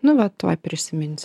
nu va tuoj prisiminsiu